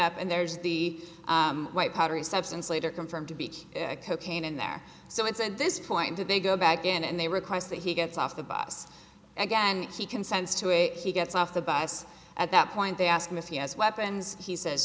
up and there's the white powdery substance later confirmed to be cocaine in there so it's at this point do they go back in and they request that he gets off the bus again she consents to it he gets off the bus at that point they ask him if he has weapons he says